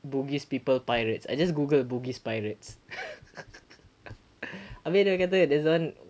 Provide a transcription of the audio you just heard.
bugis people pirates I just googled bugis pirates I mean I can tell you this one